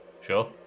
Sure